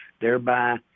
thereby